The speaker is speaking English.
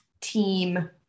team